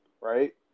right